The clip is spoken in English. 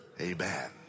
Amen